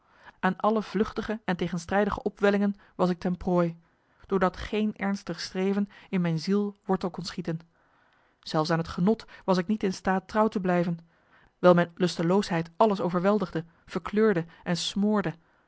aan alle vluchtige en tegenstrijdige opwellingen was ik ten prooi doordat geen ernstig streven in mijn ziel wortel kon schieten zelfs aan het genot was ik niet in staat trouw te blijven wijl mijn lusteloosheid alles overweldigde verkleurde en smoorde